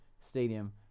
Stadium